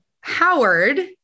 Howard